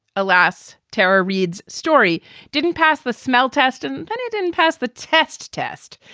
alas, terror. reid's story didn't pass the smell test and then it didn't pass the test test.